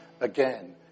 again